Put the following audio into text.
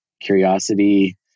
curiosity